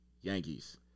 Yankees